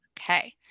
Okay